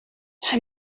have